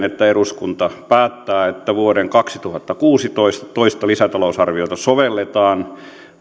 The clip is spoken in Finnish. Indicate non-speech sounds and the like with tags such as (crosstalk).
(unintelligible) että eduskunta päättää että vuoden kaksituhattakuusitoista toista lisätalousarviota sovelletaan